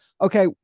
Okay